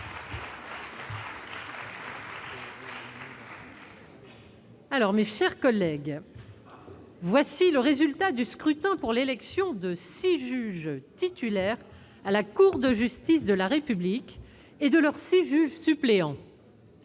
adopté définitivement. Voici le résultat du scrutin pour l'élection de six juges titulaires à la Cour de justice de la République et de leurs six juges suppléants